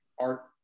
art